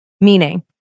meaning